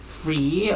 free